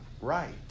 right